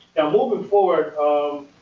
and moving forward um